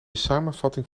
samenvatting